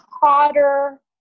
hotter